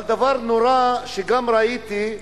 אבל דבר נורא, שגם כן ראיתי,